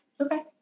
Okay